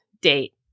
date